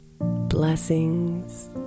blessings